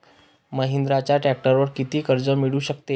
महिंद्राच्या ट्रॅक्टरवर किती कर्ज मिळू शकते?